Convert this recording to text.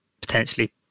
potentially